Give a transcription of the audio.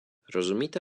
rozumíte